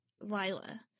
lila